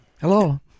Hello